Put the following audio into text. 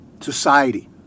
Society